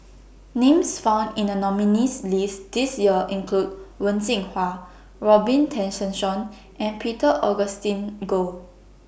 Names found in The nominees' list This Year include Wen Jinhua Robin Tessensohn and Peter Augustine Goh